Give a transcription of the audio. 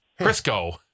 Crisco